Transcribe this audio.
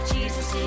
Jesus